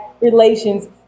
relations